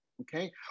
Okay